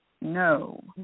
No